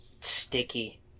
sticky